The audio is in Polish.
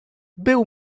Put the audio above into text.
był